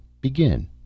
Begin